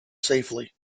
safely